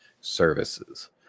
services